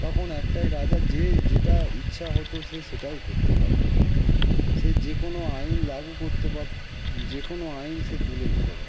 তখন একটাই রাজা যে যেটা ইচ্ছা হতো সে সেটাই করতে পারতো সে যে কোনও আইন লাগু করতে পারতো যে কোনও আইন সে তুলে নিতে পারতো